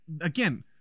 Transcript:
again